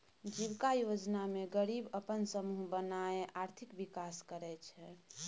जीबिका योजना मे गरीब अपन समुह बनाए आर्थिक विकास करय छै